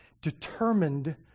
determined